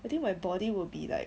I think my body will be like